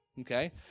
Okay